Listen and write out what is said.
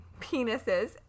penises